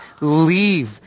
leave